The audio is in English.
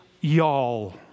y'all